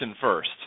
first